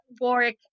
work